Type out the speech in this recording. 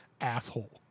asshole